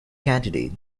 candidate